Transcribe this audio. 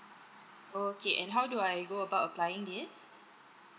okay and how do I go about applying this